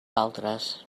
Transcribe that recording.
altres